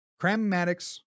Crammatics